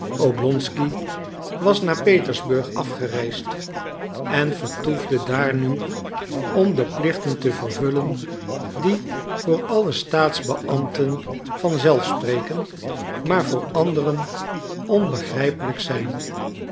oblonsky was naar petersburg afgereisd en vertoefde daar nu om de plichten te vervuilen die voor alle staatsbeambten van zelf spreken maar voor anderen onbegrijpelijk zijn